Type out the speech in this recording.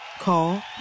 Call